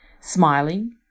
smiling